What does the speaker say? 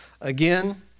again